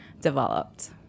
developed